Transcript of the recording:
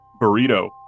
burrito